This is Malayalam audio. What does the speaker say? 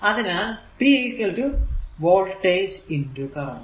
അതിനാൽ p വോൾടേജ് കറന്റ്